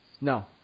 No